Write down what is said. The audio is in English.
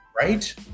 right